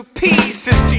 pieces